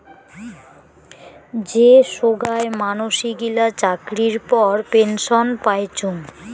যে সোগায় মানসি গিলা চাকরির পর পেনসন পাইচুঙ